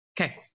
Okay